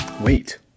Wait